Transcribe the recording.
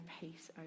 peace